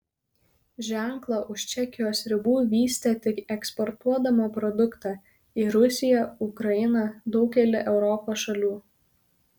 ženklą už čekijos ribų vystė tik eksportuodama produktą į rusiją ukrainą daugelį europos šalių